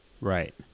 Right